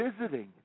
visiting